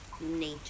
Nature